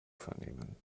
vernehmen